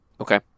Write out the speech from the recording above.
Okay